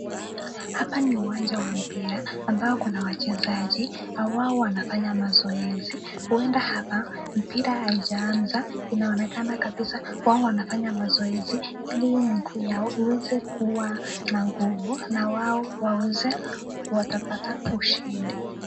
Hapa ni uwanja wa mpira ambapo kuna wachezaji na wao wanafanya mazoezi huenda hapa mpira haijaanza. Inaonekana kabisa wao wanafanya mazoezi ili miguu yao iweze kuwa na nguvu na wao waweze kupata ushindi.